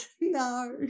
No